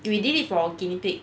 we did it for guinea pig